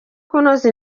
kunoza